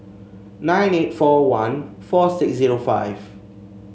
nine eight four one four six zero five